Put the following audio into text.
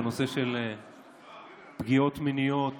בנושא של פגיעות מיניות